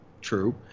True